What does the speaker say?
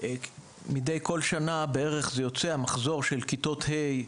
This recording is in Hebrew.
בכל שנה זה יוצא המחזור של כיתות ה'